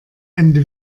ende